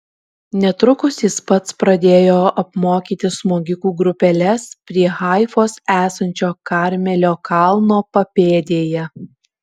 netrukus jis pats pradėjo apmokyti smogikų grupeles prie haifos esančio karmelio kalno papėdėje